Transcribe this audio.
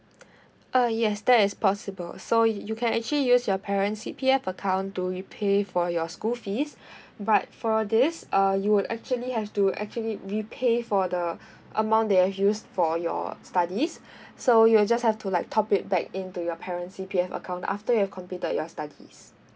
uh yes that is possible so you you can actually use your parent's C_P_F account to pay for your school fees but for this uh you would actually have to actually repay for the amount that you have used for your studies so you'll just have to like top it back into your parent's C_P_F account after you have completed your studies